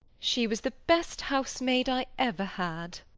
she was the best housemaid i ever had.